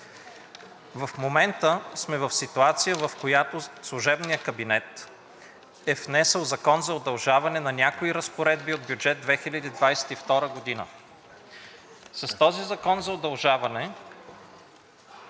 В момента сме в ситуация, в която служебният кабинет е внесъл Закон за удължаване на някои разпоредби от бюджет 2022 г. С този закон за удължаване